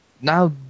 now